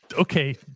okay